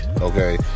okay